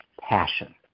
passion